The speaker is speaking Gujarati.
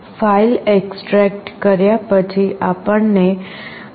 ફાઈલ ઍક્સ્ટ્રેક્ટ કર્યા પછી આપણને આ CoolTerm